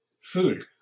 food